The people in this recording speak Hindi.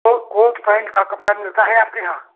तो कोट पएँट का कपड़ा मिलता है आपके यहाँ